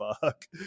fuck